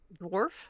dwarf